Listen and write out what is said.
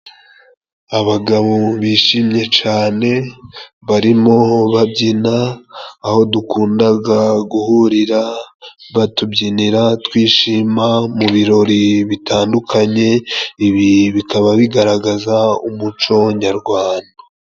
Abagabo bishimye cane barimo babyina, aho dukundaga guhurira batubyinira twishima mu birori bitandukanye, ibi bikaba bigaragaza umuco nyarwanda.